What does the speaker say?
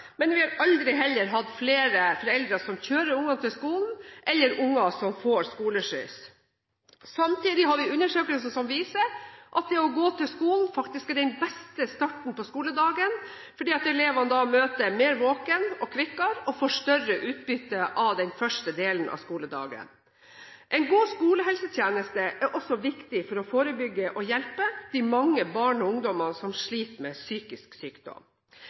men at vi heller aldri har hatt flere foreldre som kjører ungene til skolen, eller unger som får skoleskyss. Samtidig har vi undersøkelser som viser at det å gå til skolen er den beste starten på skoledagen, fordi elevene da møter våknere og kvikkere, og får større utbytte av den første delen av skoledagen. En god skolehelsetjeneste er også viktig for å forebygge og hjelpe de mange barn og ungdommer som sliter med psykisk sykdom.